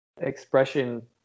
expression